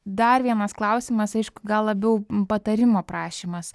dar vienas klausimas aišku gal labiau patarimo prašymas